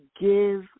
give